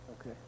Okay